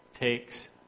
takes